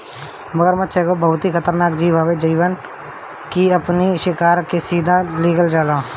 मगरमच्छ एगो बहुते खतरनाक जीव हवे जवन की अपनी शिकार के सीधा निगल जाला